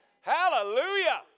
Hallelujah